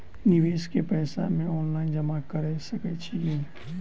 निवेश केँ पैसा मे ऑनलाइन जमा कैर सकै छी नै?